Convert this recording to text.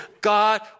God